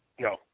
No